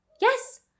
yes